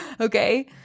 Okay